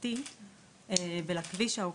התחבורתי ולכביש העוקף,